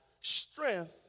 strength